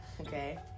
okay